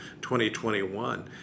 2021